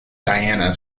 diana